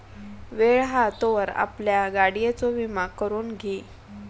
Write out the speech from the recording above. वेळ हा तोवर आपल्या गाडियेचो विमा करून घी